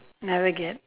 never get